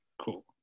Cool